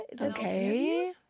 Okay